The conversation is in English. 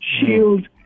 shield